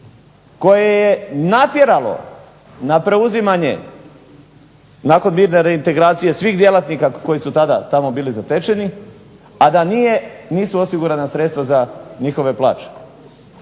koje je natjeralo na preuzimanje nakon mirne reintegracije svih djelatnika koji su tada tamo bili zatečeni, a da nisu osigurana sredstva za njihove plaće.